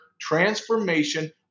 transformation